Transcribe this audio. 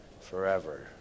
forever